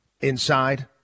inside